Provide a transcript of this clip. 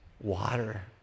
water